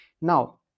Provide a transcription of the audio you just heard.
Now